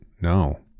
No